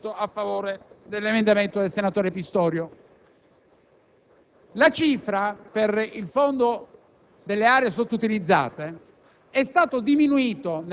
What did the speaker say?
affermando che le risorse rese disponibili per il Mezzogiorno negli anni a venire da questo Governo non hanno paragoni